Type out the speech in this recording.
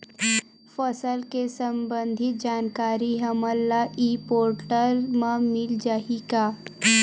फसल ले सम्बंधित जानकारी हमन ल ई पोर्टल म मिल जाही का?